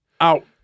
Out